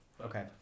okay